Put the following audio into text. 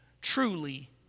truly